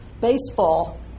baseball